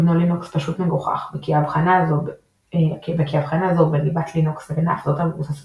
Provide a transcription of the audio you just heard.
גנו/לינוקס "פשוט מגוחך" וכי הבחנה זו בין ליבת לינוקס לבין ההפצות המבוססות